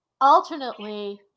alternately